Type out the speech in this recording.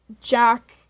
jack